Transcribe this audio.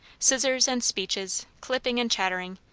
scissors and speeches, clipping and chattering,